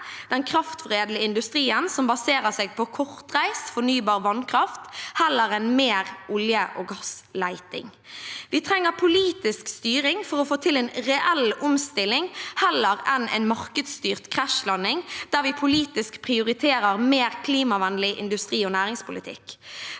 den kraftforedlende industrien som baserer seg på kortreist, fornybar vannkraft heller enn mer olje- og gassleting. Vi trenger politisk styring for å få til en reell omstilling heller enn en markedsstyrt krasjlanding, der vi politisk prioriterer mer klimavennlig industri- og næringspolitikk.